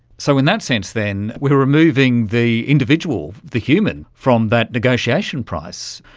so in that sense then we are removing the individual, the human from that negotiation price,